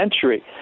century